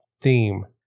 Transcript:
theme